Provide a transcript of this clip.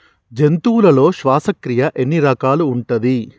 జంతువులలో శ్వాసక్రియ ఎన్ని రకాలు ఉంటది?